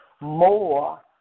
more